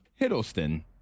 Hiddleston